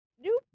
nope